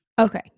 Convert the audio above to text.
Okay